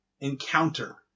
encounter